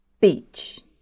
Beach